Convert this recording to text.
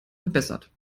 verbessert